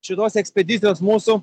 šitos ekspedicijos mūsų